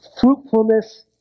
fruitfulness